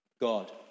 God